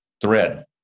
thread